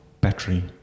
battery